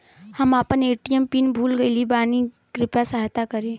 हम आपन ATM PIN भूल गईल बानी कृपया सहायता करी